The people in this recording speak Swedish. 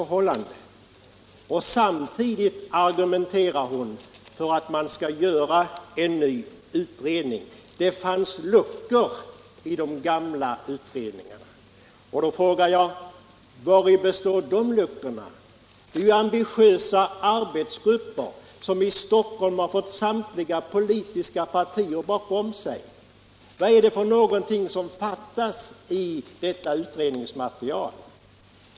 Men samtidigt argumenterar hon för en ny utredning — ”det fanns luckor i de gamla utredningarna”. Då frågar jag: Vari består de luckorna? Utredningarna har gjorts av ambitiösa arbetsgrupper som i Stockholm har fått samtliga politiska partier bakom sig. Vad är det som fattas i detta utredningsmaterial?